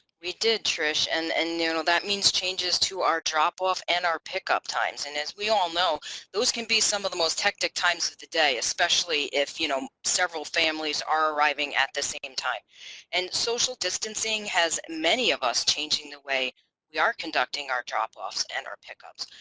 we did trish and and you know that means changes to our drop-off and our pickup times and as we all know those can be some of the most hectic times of the day especially if you know several families are arriving at the same time and social distancing has many of us changing the way we are conducting our drop-offs and our pickups.